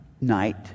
night